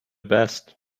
best